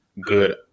good